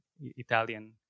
italian